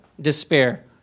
Despair